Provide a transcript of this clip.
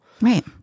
right